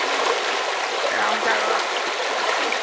জাৰৰ